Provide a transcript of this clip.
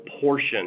portion